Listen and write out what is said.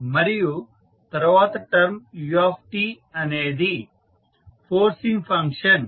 మరియు తరువాత term u అనేది ఫోర్సింగ్ ఫంక్షన్